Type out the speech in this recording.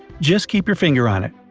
just keep your finger on it.